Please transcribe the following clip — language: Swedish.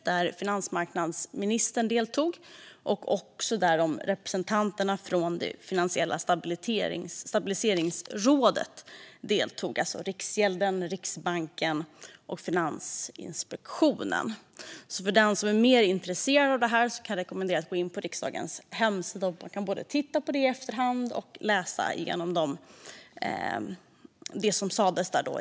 Där deltog finansmarknadsministern och representanter från Finansiella stabilitetsrådet, det vill säga Riksgälden, Riksbanken och Finansinspektionen. För den som är intresserad av detta kan jag rekommendera att gå in på riksdagens hemsida. Man kan både titta på det i efterhand och läsa igenom rapporten om det som sades där.